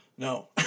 No